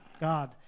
God